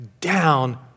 down